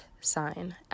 sign